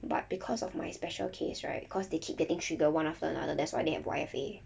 but because of my special case right cause they keep getting trigger one after another that's why they have Y_F_A